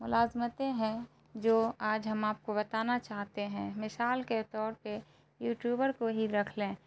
ملازمتیں ہیں جو آج ہم آپ کو بتانا چاہتے ہیں مثال کے طور پہ یوٹیوبر کو ہی رکھ لیں